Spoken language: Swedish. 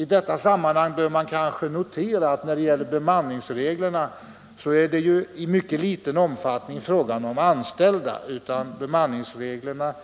I detta sammanhang bör man kanske notera att när det gäller bemanningsreglerna är det i mycket liten omfattning fråga om anställda. Reglerna